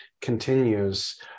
continues